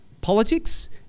politics